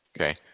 Okay